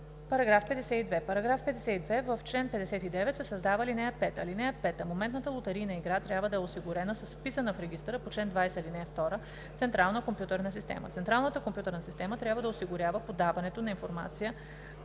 става § 52: „§ 52. В чл. 59 се създава ал. 5: „(5) Моментната лотарийна игра трябва да е осигурена с вписана в регистъра по чл. 20, ал. 2 централна компютърна система. Централната компютърна система трябва да осигурява подаването на информация